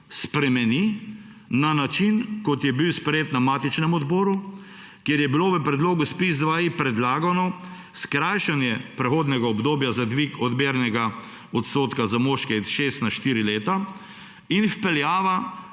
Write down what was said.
spremeni na način, kot je bil sprejet na matičnem odboru, kjer je bilo v predlogu ZPIZ-2I predlagano skrajšanje prehodnega obdobja za dvig odmernega odstotka za moške s šest na štiri leta in vpeljava